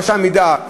הרשם ידע,